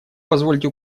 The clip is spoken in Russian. позвольте